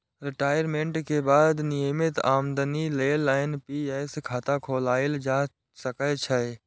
retirement के बाद नियमित आमदनी लेल एन.पी.एस खाता खोलाएल जा सकै छै